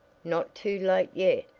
not too late yet,